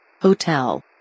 Hotel